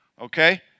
okay